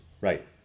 Right